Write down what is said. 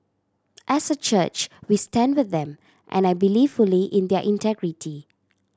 as a church we stand with them and I believe fully in their integrity